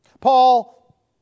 Paul